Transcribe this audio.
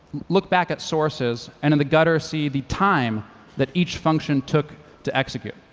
look back at sources, and in the gutter see the time that each function took to execute.